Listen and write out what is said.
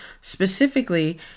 specifically